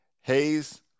Hayes